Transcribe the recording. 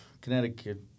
Connecticut